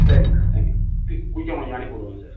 சரிங்க thank you quick குயிக்காக கொஞ்சம் அனுப்பி விடுங்க சார்